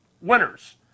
winners